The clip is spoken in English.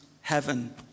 heaven